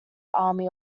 army